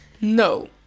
No